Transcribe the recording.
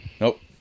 Nope